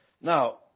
Now